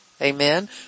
Amen